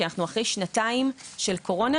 כי אנחנו אחרי שנתיים של קורונה,